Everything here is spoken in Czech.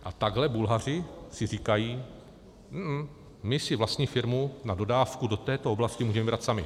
A takhle Bulhaři si říkají ne, ne, my si vlastní firmu na dodávku do této oblasti můžeme vybrat sami.